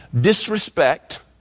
disrespect